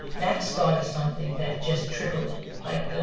that started something that just trickled like a,